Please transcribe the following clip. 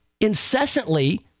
incessantly